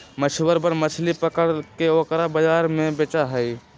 मछुरवन मछली पकड़ के ओकरा बाजार में बेचा हई